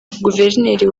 guverineri